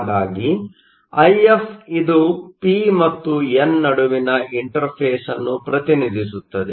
ಹಾಗಾಗಿ ಐಎಫ್ ಇದು ಪಿ ಮತ್ತು ಎನ್ ನಡುವಿನ ಇಂಟರ್ಫೇಸ್ನ್ನು ಪ್ರತಿನಿಧಿಸುತ್ತದೆ